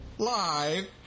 Live